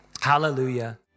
Hallelujah